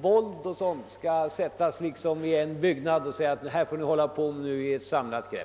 våld m.m. i massmedia kan ha, i en byggnad med instruktionen att här får ni nu hålla ett samlat grepp över ert arbete.